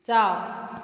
ꯆꯥꯎ